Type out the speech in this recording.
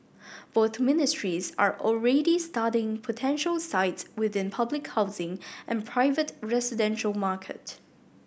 both ministries are already studying potential sites within public housing and private residential market